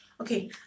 Okay